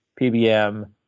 PBM